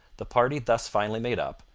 the party thus finally made up,